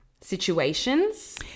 situations